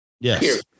Yes